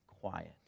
quiet